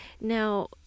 now